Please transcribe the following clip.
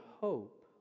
hope